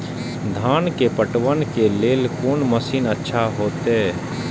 धान के पटवन के लेल कोन मशीन अच्छा होते?